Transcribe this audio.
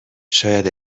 شاید